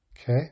Okay